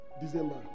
December